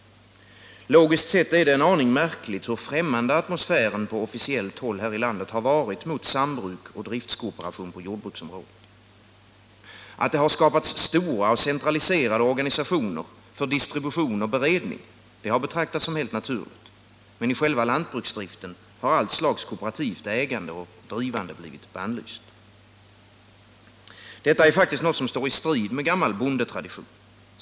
Logiskt sett är det en aning märkligt, hur främmande atmosfären på officiellt håll varit mot sambruk och driftskooperation på jordbruksområdet. At: det skapats stora och centraliserade organisationer för distribution och beredning har betraktats som helt naturligt. Men i själva lantbruksdriften har allt slags kooperativt ägande och drivande blivit bannlyst. Detta är faktiskt något som står i strid med gammal bondetradition.